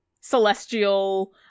Celestial